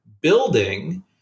Building